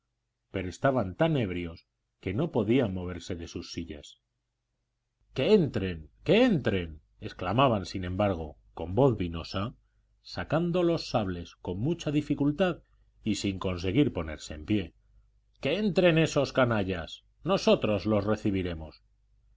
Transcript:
pero estaban tan ebrios que no podían moverse de sus sillas que entren que entren exclamaban sin embargo con voz vinosa sacando los sables con mucha dificultad y sin conseguir ponerse de pie que entren esos canallas nosotros los recibiremos